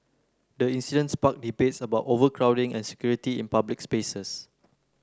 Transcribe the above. the incident sparked debates about overcrowding and security in public spaces